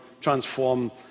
transform